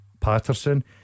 Patterson